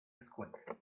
earthquake